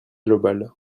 global